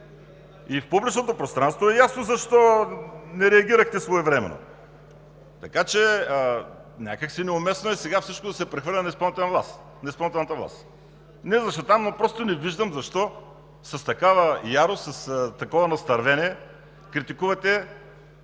И в публичното пространство е ясно защо не реагирахте своевременно. Така че някак си е неуместно сега всичко да се прехвърля на изпълнителната власт. Не я защитавам, но просто не виждам защо с такава ярост, с такова настървение критикувате